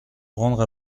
rendre